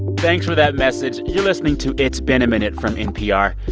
thanks for that message. you're listening to it's been a minute from npr.